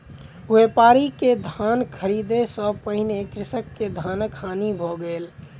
व्यापारी के धान ख़रीदै सॅ पहिने कृषक के धानक हानि भ गेल